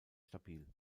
stabil